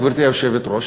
גברתי היושבת-ראש,